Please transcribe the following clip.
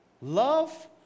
Love